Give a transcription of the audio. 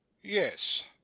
Yes